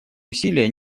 усилия